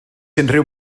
unrhyw